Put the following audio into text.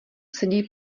sedí